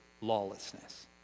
lawlessness